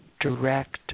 direct